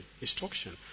instruction